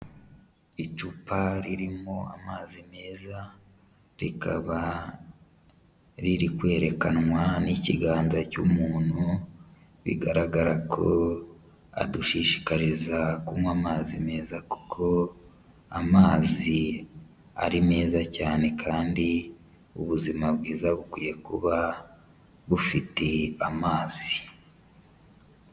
Icupa ririmo amazi meza, rikaba riri kwerekanwa n'ikiganza cy'umuntu bigaragara ko adushishikariza kunywa amazi meza kuko amazi ari meza cyane kandi ubuzima bwiza bukwiye kuba bufite amazi.